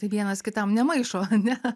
tai vienas kitam nemaišo ane